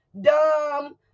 dumb